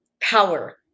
power